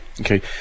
Okay